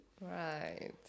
Right